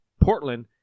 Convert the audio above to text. Portland